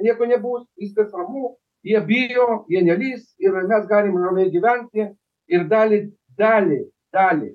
nieko nebus viskas ramu jie bijo jie nelįs ir ar mes galim ramiai gyventi ir dalį dalį dalį